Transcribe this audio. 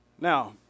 Now